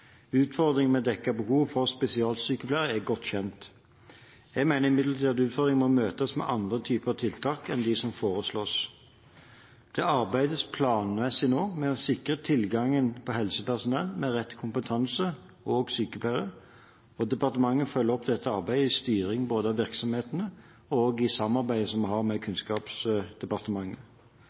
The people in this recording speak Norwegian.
Utfordringene med å dekke behovet for spesialsykepleiere er godt kjent. Jeg mener imidlertid at utfordringene må møtes med andre typer tiltak enn dem som foreslås. Det arbeides nå planmessig med å sikre tilgangen på helsepersonell med rett kompetanse, som sykepleiere, og departementet følger opp dette arbeidet i styringen av virksomhetene og i samarbeidet vi har med Kunnskapsdepartementet.